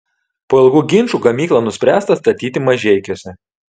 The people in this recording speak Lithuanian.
po ilgų ginčų gamyklą nuspręsta statyti mažeikiuose